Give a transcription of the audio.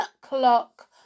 clock